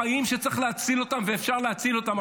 יש חיים שצריך להציל אותם ואפשר להציל אותם.